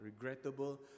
regrettable